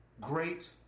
great